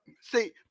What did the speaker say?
See